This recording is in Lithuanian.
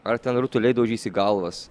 ar ten rutuliai daužys į galvas